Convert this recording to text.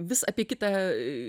vis apie kitą